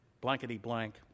blankety-blank